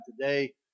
today